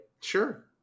Sure